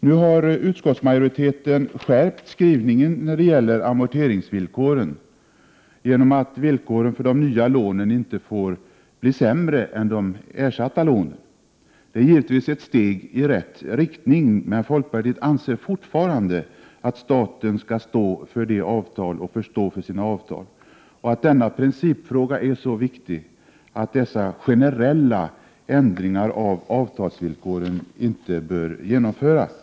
Nu har utskottsmajoriteten skärpt skrivningen när det gäller amorterings villkoren, så att villkoren för de nya lånen inte får bli sämre än för de ersatta Prot. 1988/89:117 lånen. Detta är givetvis ett steg i rätt riktning, men folkpartiet anser 19 maj 1989 fortfarande att staten skall stå för sina avtal och att denna principfråga är så viktig att dessa generella ändringar av avtalsvillkoren ej bör genomföras.